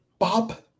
Bob